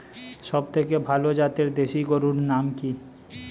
সবথেকে ভালো জাতের দেশি গরুর নাম কি?